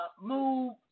move